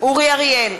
אורי אריאל,